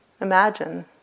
imagine